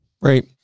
Right